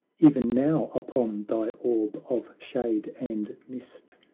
e'en now upon thy orb of shade and mist,